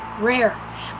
rare